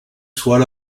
soient